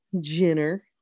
Jenner